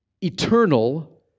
eternal